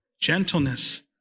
gentleness